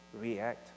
react